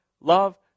love